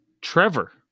Trevor